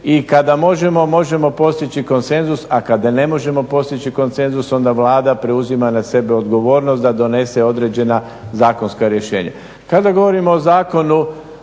I kada možemo, možemo postići konsenzus, a kada ne možemo postići konsenzus onda Vlada preuzima na sebe odgovornost da donese određena zakonska rješenja. Kada govorimo o Zakonu